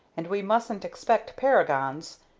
and we mustn't expect paragons.